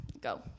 Go